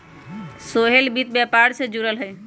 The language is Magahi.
सोहेल वित्त व्यापार से जुरल हए